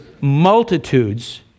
multitudes